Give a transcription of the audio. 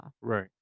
Right